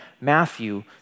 Matthew